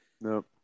Nope